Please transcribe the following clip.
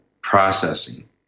processing